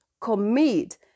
commit